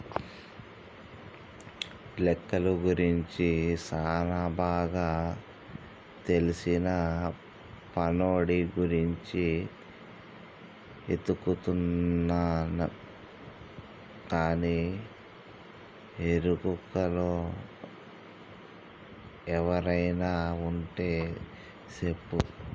లెక్కలు గురించి సానా బాగా తెల్సిన పనోడి గురించి ఎతుకుతున్నా నీ ఎరుకలో ఎవరైనా వుంటే సెప్పు